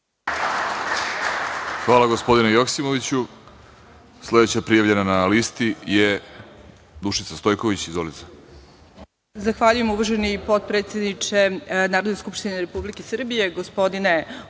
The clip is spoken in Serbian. Hvala, gospodine Joksimoviću. Sledeća prijavljena na listi je Dušica Stojković. Izvolite.